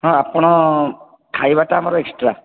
ହଁ ଆପଣ ଖାଇବାଟା ଆମର ଏକ୍ସଟ୍ରା